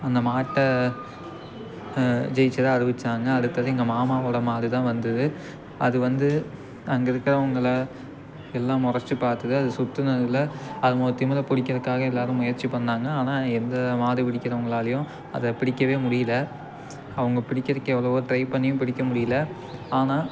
அந்த மாட்டை ஜெயிச்சதாக அறிவிச்சாங்க அடுத்தது எங்கள் மாமாவோடய மாடுதான் வந்துது அது வந்து அங்கே இருக்கி றவங்கள எல்லாம் முறச்சி பார்த்துது அது சுற்றுனதுல அதனோடய திமில் பிடிக்கிறக்காக எல்லோரும் முயற்சி பண்ணாங்க ஆனால் எந்த மாடு பிடிக்கிறவங்களாலேயும் அதை பிடிக்கவே முடியல அவங்க பிடிக்கிறக்கு எவ்வளவோ ட்ரை பண்ணியும் பிடிக்க முடியல ஆனால்